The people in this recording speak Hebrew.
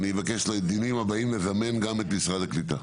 אני מבקש בדיונים הבאים לזמן גם את משרד הקליטה.